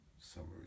summers